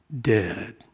dead